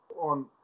on